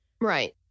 Right